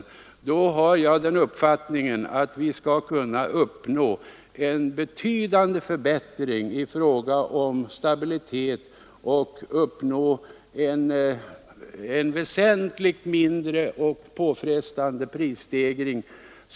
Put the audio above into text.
Under sådana förhållanden anser jag att vi skall kunna uppnå en betydande stabilitetsförbättring och komma fram till en väsentligt lägre och mindre påfrestande prisstegring.